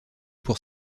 pour